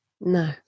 No